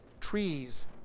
trees